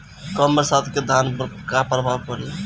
कम बरसात के धान पर का प्रभाव पड़ी?